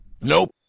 nope